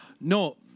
No